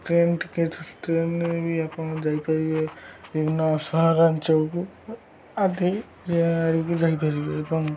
train ticket ଟ୍ରେନ୍ରେ ବି ଆପଣ ଯାଇପାରିବେ ବିଭିନ୍ନ ସହରାଞ୍ଚଳକୁ ଆଦି ଯାଇପାରିବେ ଏବଂ